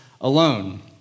alone